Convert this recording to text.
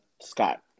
Scott